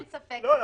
אין ספק --- לא,